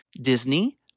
Disney